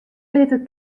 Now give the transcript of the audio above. litte